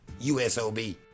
USOB